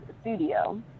Studio